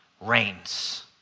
reigns